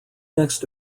next